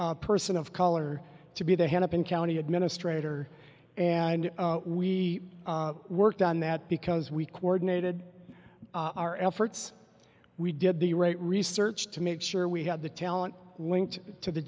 a person of color to be the hennepin county administrator and we worked on that because we coordinated our efforts we did the right research to make sure we have the talent linked to the